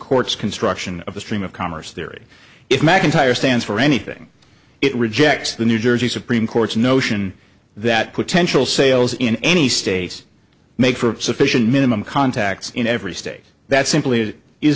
court's construction of the stream of commerce theory if mcintyre stands for anything it rejects the new jersey supreme court's notion that potential sales in any states make for a sufficient minimum contacts in every state that simply is